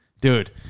Dude